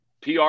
PR